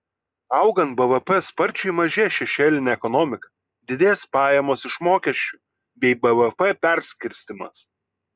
augant bvp sparčiai mažės šešėlinė ekonomika didės pajamos iš mokesčių bei bvp perskirstymas